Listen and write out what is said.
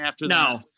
no